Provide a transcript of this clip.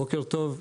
בוקר טוב.